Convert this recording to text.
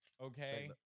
okay